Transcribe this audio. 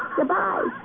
Goodbye